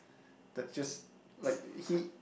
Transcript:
that just like he